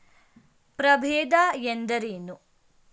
ಪ್ರಭೇದ ಎಂದರೇನು?